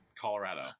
Colorado